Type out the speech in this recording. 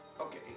okay